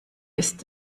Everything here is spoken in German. ist